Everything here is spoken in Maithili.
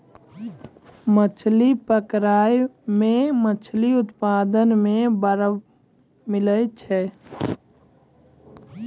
मछली पकड़ै मे मछली उत्पादन मे बड़ावा मिलै छै